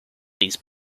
these